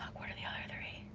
what are the other three?